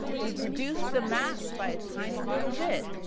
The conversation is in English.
would reduce the mass by a tiny little bit.